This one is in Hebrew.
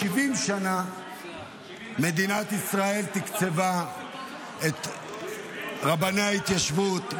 70 שנה מדינת ישראל תקצבה את רבני ההתיישבות,